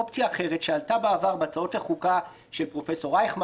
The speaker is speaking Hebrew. אופציה אחרת שעלתה בעבר בהצעות לחוקה של פרופ' רייכמן